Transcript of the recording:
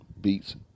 beats